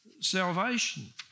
salvation